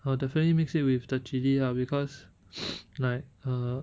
I will definitely mix it with the chilli lah because like err